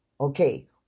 okay